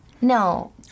No